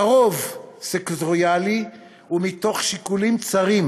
לרוב סקטוריאלי ומתוך שיקולים צרים,